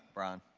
bryan.